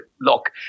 look